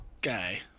guy